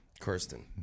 Kirsten